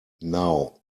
now